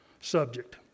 subject